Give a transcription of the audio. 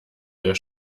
der